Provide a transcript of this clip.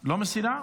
מסירה?